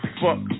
fuck